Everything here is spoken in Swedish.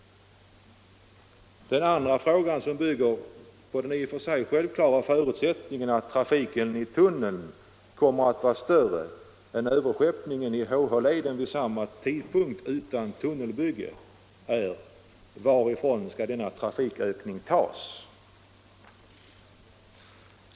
Den andra frågan, som bygger på det i och för sig självklara antagandet att trafiken i en tunnel kommer att vara större än överskeppningen i HH-leden vid samma tidpunkt utan tunnelbygge, är: Varifrån skall denna trafikökning tas?